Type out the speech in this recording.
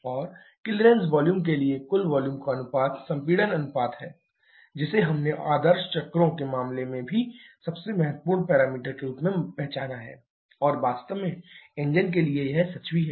और clearance volume के लिए कुल वॉल्यूम का अनुपात संपीड़न अनुपात है जिसे हमने आदर्श चक्रों के मामले में भी सबसे महत्वपूर्ण पैरामीटर के रूप में पहचाना है और वास्तव में इंजन के लिए भी यही सच है